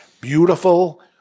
beautiful